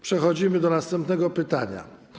Przechodzimy do następnego pytania.